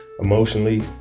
emotionally